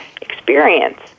experience